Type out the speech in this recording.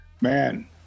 man